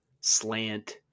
slant